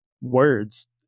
words